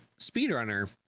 speedrunner